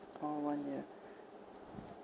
orh one year